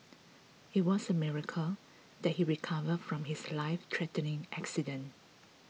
it was a miracle that he recovered from his life threatening accident